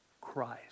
Christ